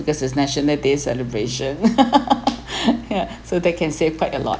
because is national day celebration yeah so that can save quite a lot